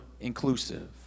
inclusive